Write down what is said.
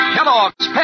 Kellogg's